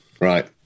Right